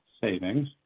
savings